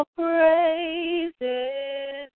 praises